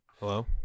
Hello